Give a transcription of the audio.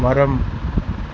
மரம்